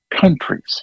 countries